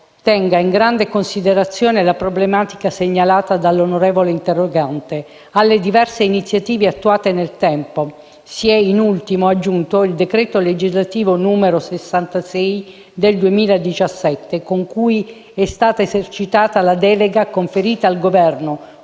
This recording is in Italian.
tenga in grande considerazione la problematica segnalata dall'onorevole interrogante. Alle diverse iniziative attuate nel tempo si è, da ultimo, aggiunto il decreto legislativo n. 66 del 2017, con cui è stata esercitata la delega conferita al Governo